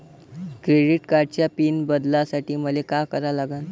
Credit कार्डाचा pin बदलासाठी मले का करा लागन?